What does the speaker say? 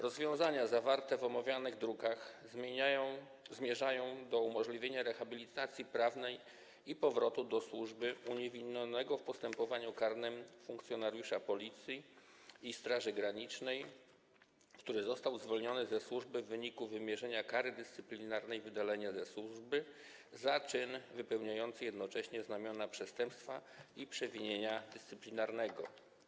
Rozwiązania zawarte w omawianych drukach zmierzają do umożliwienia rehabilitacji prawnej i powrotu do służby uniewinnionego w postępowaniu karnym funkcjonariusza Policji i Straży Granicznej, który został zwolniony ze służby w wyniku wymierzenia kary dyscyplinarnej wydalenia ze służby za czyn wypełniający jednocześnie znamiona przestępstwa i przewinienia dyscyplinarnego.